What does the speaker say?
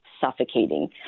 suffocating